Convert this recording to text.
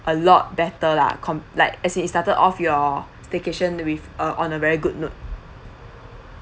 a lot better lah com~ like as it started off your staycation with uh on a very good mood